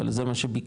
אבל זה מה שביקשנו,